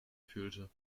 fühlte